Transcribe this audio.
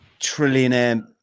trillionaire